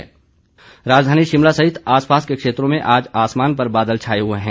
मौसम राजधानी शिमला सहित आसपास के क्षेत्रों में आज आसमान पर बादल छाए हुए हैं